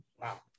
Wow